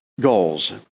goals